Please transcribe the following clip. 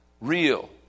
real